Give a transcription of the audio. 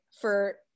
for-